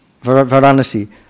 Varanasi